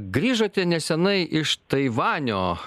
grįžote nesenai iš taivanio